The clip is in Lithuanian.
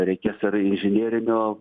reikės ir inžinerinio